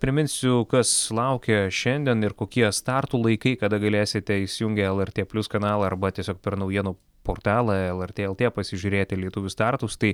priminsiu kas laukia šiandien ir kokie startų laikai kada galėsite įsijungę lrt plius kanalą arba tiesiog per naujienų portalą lrt lt pasižiūrėti lietuvių startus tai